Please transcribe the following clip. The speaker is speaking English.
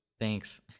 thanks